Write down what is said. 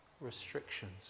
restrictions